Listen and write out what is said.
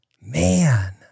Man